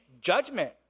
judgment